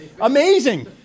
amazing